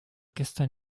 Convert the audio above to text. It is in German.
gestern